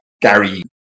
Gary